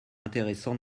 intéressant